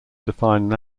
define